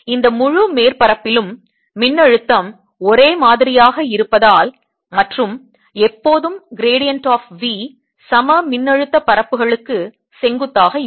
இந்த முழு மேற்பரப்பிலும் மின்னழுத்தம் ஒரே மாதிரியாக இருப்பதால் மற்றும் எப்போதும் gradient of V சமமின்னழுத்த பரப்புகளுக்கு செங்குத்தாக இருக்கும்